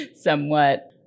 somewhat